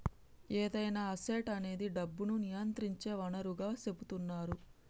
ఏదైనా అసెట్ అనేది డబ్బును నియంత్రించే వనరుగా సెపుతున్నరు